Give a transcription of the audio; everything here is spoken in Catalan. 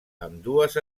ambdues